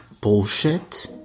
bullshit